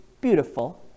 beautiful